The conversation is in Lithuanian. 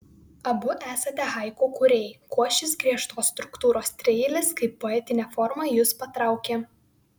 abu esate haiku kūrėjai kuo šis griežtos struktūros trieilis kaip poetinė forma jus patraukė